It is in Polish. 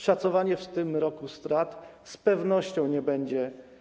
Szacowanie w tym roku strat z pewnością nie będzie.